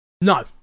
no